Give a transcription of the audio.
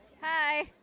Hi